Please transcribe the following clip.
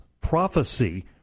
prophecy